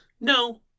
No